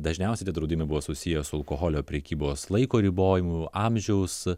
dažniausiai tie draudimai buvo susiję su alkoholio prekybos laiko ribojimu amžiaus